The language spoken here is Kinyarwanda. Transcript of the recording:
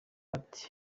ati